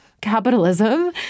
Capitalism